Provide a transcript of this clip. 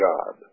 God